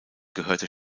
gehörte